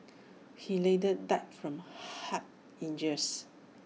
he later died from Head injuries